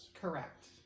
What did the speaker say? Correct